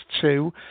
two